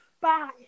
Bye